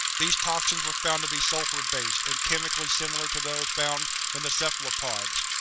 these toxins were found to be sulfur-based, and chemically similar to those found in the cephalopods.